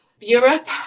Europe